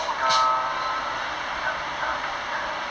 oh the the the